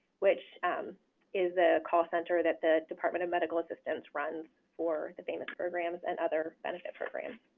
which is the call center that the department of medical assistance runs for the famis programs and other benefit programs.